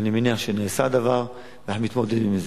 ואני מניח שנעשה הדבר ואנחנו מתמודדים עם זה.